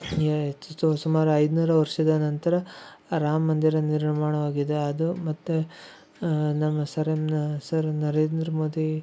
ಹೇಳಾಯಿತು so ಸುಮಾರು ಐನೂರು ವರ್ಷದ ನಂತರ ರಾಮ ಮಂದಿರ ನಿರ್ಮಾಣವಾಗಿದೆ ಅದು ಮತ್ತು ನಮ್ಮ ಸರ್ ಏಮ್ ಸರ್ ನರೇಂದ್ರ ಮೋದಿ